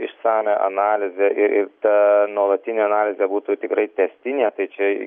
išsamią analizę ir ir ta nuolatinė analizė būtų tikrai tęstinė tai čia